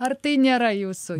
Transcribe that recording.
ar tai nėra jūsų